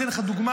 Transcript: אתן לך דוגמה,